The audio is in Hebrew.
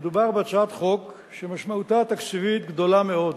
מדובר בהצעת חוק שמשמעותה התקציבית גדולה מאוד,